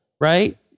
right